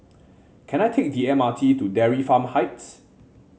can I take the M R T to Dairy Farm Heights